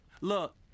Look